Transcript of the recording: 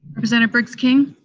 representative briggs king?